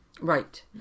right